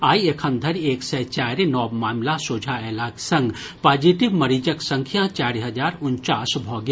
आइ एखन धरि एक सय चारि नव मामिला सोझा अयलाक संग पॉजिटिव मरीजक संख्या चारि हजार उन्चास भऽ गेल